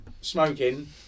smoking